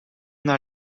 naar